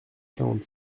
quarante